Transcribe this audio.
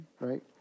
Right